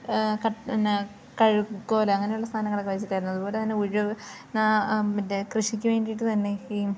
ക നേ കഴുക്കോലങ്ങനെയുള്ള സാധനങ്ങളൊക്കെ വെച്ചിട്ടായിരുന്നു അതുപോലെ തന്നെ ഉഴു ന്നെ മറ്റെ കൃഷിക്കു വേണ്ടിയിട്ടു തന്നെ ഈ